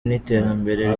n’iterambere